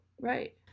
Right